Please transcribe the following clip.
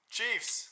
Chiefs